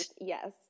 Yes